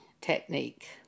technique